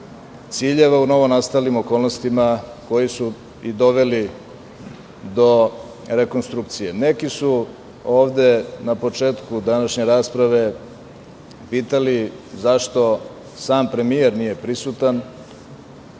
ciljeva u novonastalim okolnostima, koji su i doveli do rekonstrukcije. Neki su ovde na početku današnje rasprave pitali – zašto sam premijer nije prisutan?